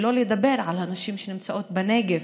שלא לדבר על הנשים שנמצאות בנגב,